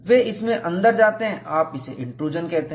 वे इसमें अंदर जाते हैं आप उसे इंट्रूजन कहते हैं